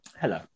Hello